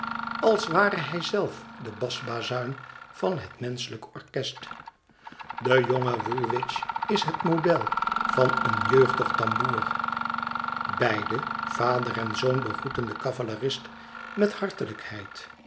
als ware hij zelf de basbazuin van het menschelijk orkest de jonge woolwich is het model van een jeugdig tamboer beide vader en zoon begroeten den eavalerist met